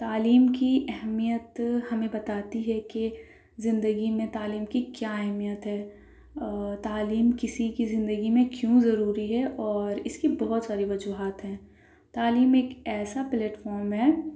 تعلیم کی اہمیت ہمیں بتاتی ہے کہ زندگی میں تعلیم کی کیا اہمیت ہے اور تعلیم کسی کی زندگی میں کیوں ضروری ہے اور اس کی بہت ساری وجوہات ہیں تعلیم ایک ایسا پلیٹ فارم ہے